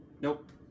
Nope